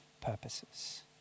purposes